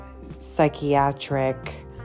psychiatric